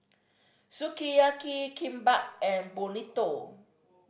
Sukiyaki Kimbap and Burrito